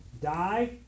die